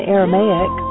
Aramaic